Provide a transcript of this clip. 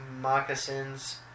moccasins